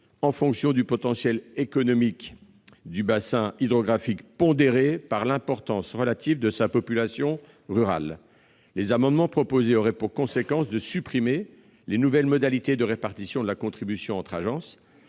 en fonction du potentiel économique du bassin hydrographique, pondéré par l'importance relative de sa population rurale. L'adoption des amendements que nous examinons aurait pour conséquence de supprimer les nouvelles modalités de répartition de la contribution entre agences,